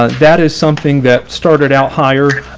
ah that is something that started out higher.